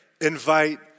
invite